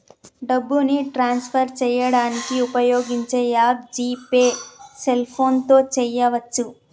డబ్బుని ట్రాన్స్ఫర్ చేయడానికి ఉపయోగించే యాప్ జీ పే సెల్ఫోన్తో చేయవచ్చు